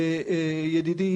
ידידי,